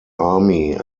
army